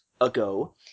ago